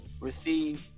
receive